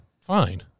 fine